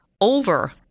over